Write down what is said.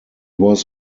was